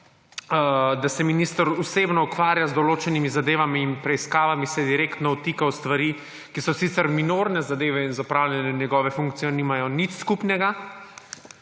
da se minister osebno ukvarja z določenimi zadevami in preiskavami, se direktno vtika v stvari, ki so sicer minorne zadeve in z opravljanjem njegove funkcije nimajo nič skupnega.